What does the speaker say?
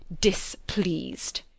displeased